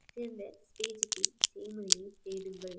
சிறந்த ஸ்பேஜிட்டி செய்முறையைத் தேடுங்கள்